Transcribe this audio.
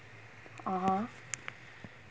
(uh huh)